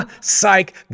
psych